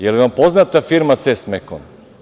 Je li vam poznata firma „Ces Mekon“